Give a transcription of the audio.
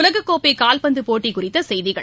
உலகக்கோப்பைகால்பந்துபோட்டிகுறித்தசெய்திகள்